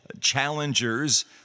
challengers